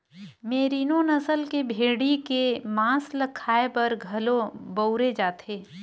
मेरिनों नसल के भेड़ी के मांस ल खाए बर घलो बउरे जाथे